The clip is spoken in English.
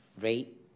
rate